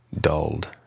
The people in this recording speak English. dulled